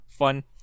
fun